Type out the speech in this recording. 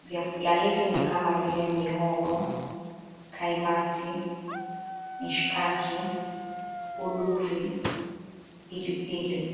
Vyakula hivi ni kama vile mihongo, kaimati, mishikaki, uduvi, pilipili.